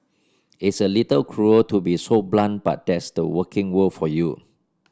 it's a little cruel to be so blunt but that's the working world for you